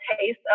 taste